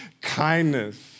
kindness